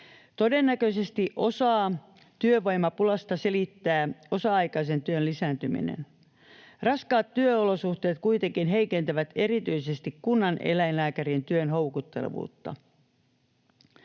Todennäköisesti osaa työvoimapulasta selittää osa-aikaisen työn lisääntyminen. Raskaat työolosuhteet kuitenkin heikentävät erityisesti kunnaneläinlääkärin työn houkuttelevuutta.